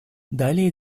далее